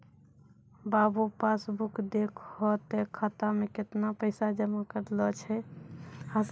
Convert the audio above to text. बाबू pass book देखहो तें खाता मे कैतना पैसा जमा करलो छै